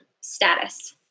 status